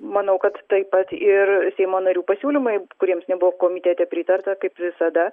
manau kad taip pat ir seimo narių pasiūlymai kuriems nebuvo komitete pritarta kaip visada